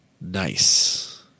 Nice